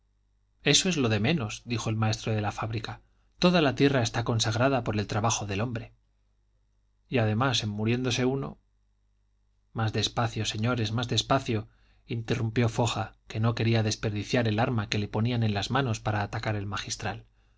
eso es lo de menos dijo el maestro de la fábrica toda la tierra está consagrada por el trabajo del hombre y además en muriéndose uno más despacio señores más despacio interrumpió foja que no quería desperdiciar el arma que le ponían en las manos para atacar al magistral